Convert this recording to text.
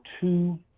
two